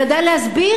היא ידעה להסביר,